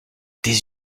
des